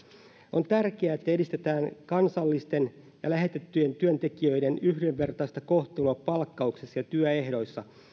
on tärkeää että edistetään kansallisten ja lähetettyjen työntekijöiden yhdenvertaista kohtelua palkkauksessa ja työehdoissa